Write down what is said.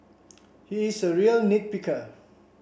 he is a real nit picker